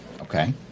Okay